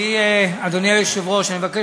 אדוני מבקש